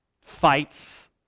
fights